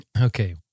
Okay